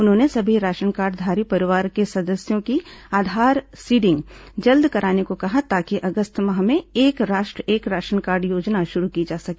उन्होंने सभी राशन कार्डधारी परिवार के सदस्यों की आधार सीडिंग जल्द करने को कहा ताकि अगस्त माह में एक राष्ट्र एक राशनकार्ड योजना शुरू की जा सके